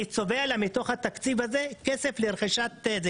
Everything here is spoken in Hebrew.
אני צובע לה מתוך התקציב הזה כסף לרכישה.